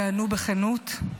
וענו בכנות,